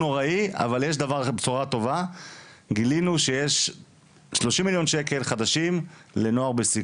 יש פרקים לכל שכבת גיל שעוסקת בנושא של איך אנחנו,